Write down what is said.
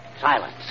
silence